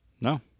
No